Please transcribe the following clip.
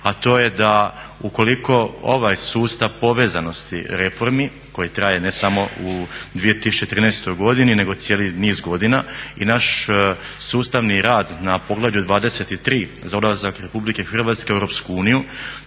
a to je da ukoliko ovaj sustav povezanosti reformi koji traje ne samo u 2013.godini nego cijeli niz godina i naš sustavni rad na poglavlju 23.za ulazak RH u EU to treba biti